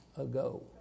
ago